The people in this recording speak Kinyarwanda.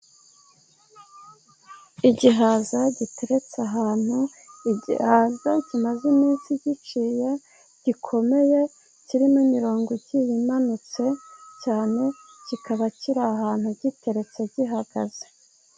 Igihaza giteretse ahantu, igihaza kimaze iminsi giciye gikomeye, kirimo imirongo igiye imanutse cyane, kikaba kiri ahantu giteretse gihagaze.